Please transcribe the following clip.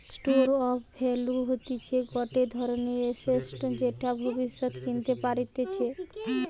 store of value হতিছে গটে ধরণের এসেট যেটা ভব্যিষতে কেনতে পারতিছে